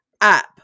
up